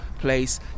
place